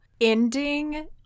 ending